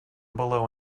below